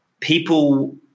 people